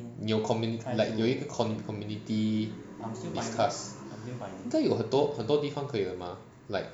你有 commun~ like 有一个 community this class 应该有很多很多地方可以有的吗 like